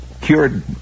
cured